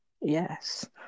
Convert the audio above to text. Yes